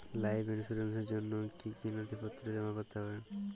Life ইন্সুরেন্সর জন্য জন্য কি কি নথিপত্র জমা করতে হবে?